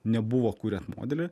nebuvo kuriant modelį